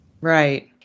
Right